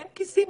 אין כיסים.